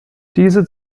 diese